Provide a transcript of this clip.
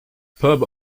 pub